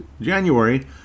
January